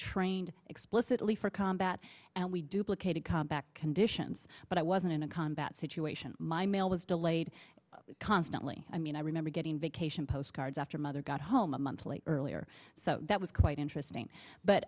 trained explicitly for combat and we duplicated comeback conditions but i wasn't in a combat situation my mail was delayed constantly i mean i remember getting vacation postcards after mother got home a month later earlier so that was quite interesting